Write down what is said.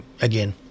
again